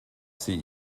sie